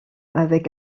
avec